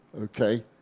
Okay